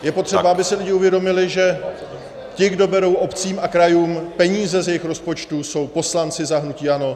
Je potřeba, aby si lidi uvědomili, že ti, kdo berou obcím a krajům peníze z jejich rozpočtu, jsou poslanci za hnutí ANO.